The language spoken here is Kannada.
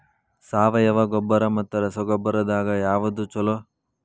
ಸಾವಯವ ಗೊಬ್ಬರ ಮತ್ತ ರಸಗೊಬ್ಬರದಾಗ ಯಾವದು ಛಲೋ?